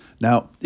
Now